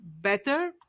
Better